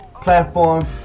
platform